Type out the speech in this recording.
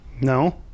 No